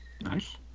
Nice